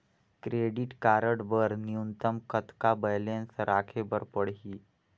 Credit card बर न्यूनतम कतका बैलेंस राखे बर पड़ही?